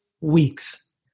weeks